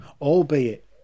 Albeit